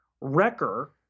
Wrecker